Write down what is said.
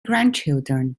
grandchildren